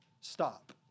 stop